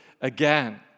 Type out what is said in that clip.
again